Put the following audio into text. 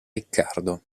riccardo